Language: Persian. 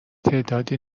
تعدادی